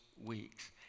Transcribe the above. weeks